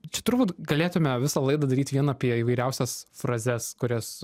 čia turbūt galėtume visą laidą daryt vien apie įvairiausias frazes kurias